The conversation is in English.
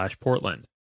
Portland